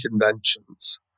conventions